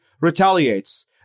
retaliates